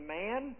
man